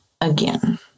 again